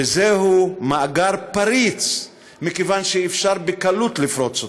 וזהו מאגר פריץ, שאפשר בקלות לפרוץ אותו.